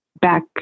back